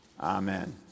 Amen